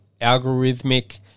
algorithmic